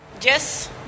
Yes